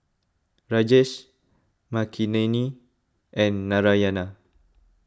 Rajesh Makineni and Narayana